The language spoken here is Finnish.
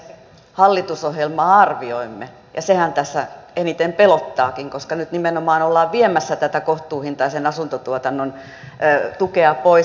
hallitusohjelmaa arvioimme ja sehän tässä eniten pelottaakin että nyt nimenomaan ollaan viemässä tätä kohtuuhintaisen asuntotuotannon tukea pois